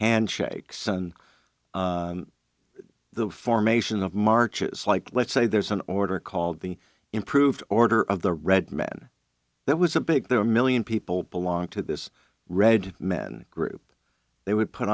and shakes and the formation of marches like let's say there's an order called the improved order of the red man that was a big there a million people belong to this red men group they would put